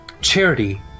Charity